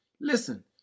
Listen